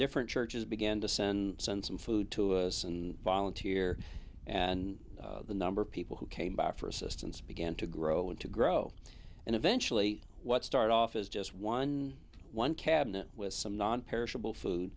different churches began to send some food to us and volunteer and the number of people who came by for assistance began to grow and to grow and eventually what started off as just one one cabinet with some nonperishable food